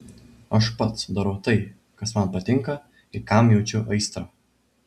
aš pats darau tai kas man patinka ir kam jaučiu aistrą